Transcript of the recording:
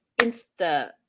Insta